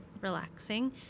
relaxing